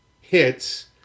hits